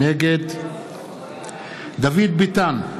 נגד דוד ביטן,